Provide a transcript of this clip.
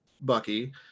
Bucky